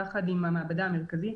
יחד עם המעבדה המרכזית.